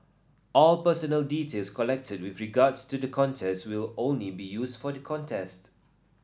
all personal details collected with regards to the contest will only be used for the contest